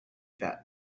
that